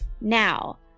Now